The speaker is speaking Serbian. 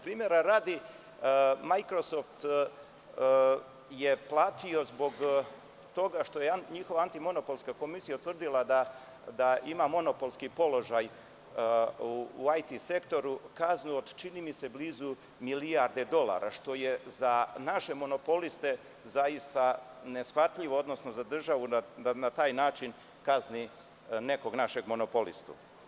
Primera radi, „Majkrosoft“ jeplatio zbog toga što je njihova antimonopolska komisija utvrdila da ima monopolski položaj u AT sektoru kaznu od, čini mi se, blizu milijarde dolara, što je za naše monopoliste zaista neshvatljivo, odnosno za državu da na taj način kazni nekog našeg monopolistu.